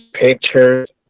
pictures